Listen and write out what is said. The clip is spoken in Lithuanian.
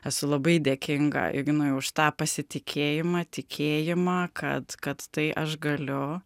esu labai dėkinga ignui už tą pasitikėjimą tikėjimą kad kad tai aš galiu